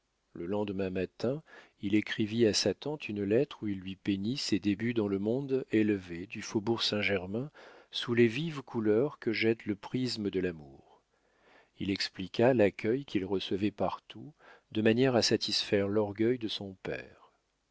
le lendemain matin il écrivit à sa tante une lettre où il lui peignit ses débuts dans le monde élevé du faubourg saint-germain sous les vives couleurs que jette le prisme de l'amour il expliqua l'accueil qu'il recevait partout de manière à satisfaire l'orgueil de son père